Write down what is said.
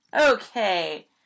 Okay